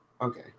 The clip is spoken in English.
Okay